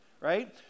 right